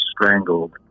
strangled